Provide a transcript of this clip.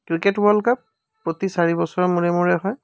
cricket world cup প্ৰতি চাৰি বছৰৰ মূৰে মূৰে হয়